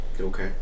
Okay